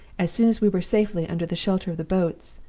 as soon as we were safely under the shelter of the boats,